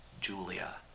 Julia